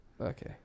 Okay